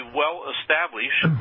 well-established